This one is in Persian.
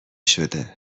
شده